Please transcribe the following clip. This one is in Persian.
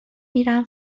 میرم